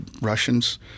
Russians